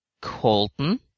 Colton